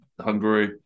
Hungary